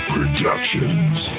Productions